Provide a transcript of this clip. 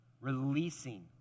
Releasing